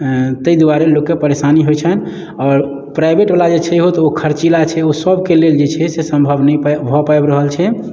ताहि दुआरे लोककेँ परेशानी होइत छनि आओर प्राइवेट बला जे छैहो तऽ ओ खर्चीला छै ओ सबके लेल जे छै से संभव नहि भऽ पाबि रहल छै